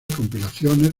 compilaciones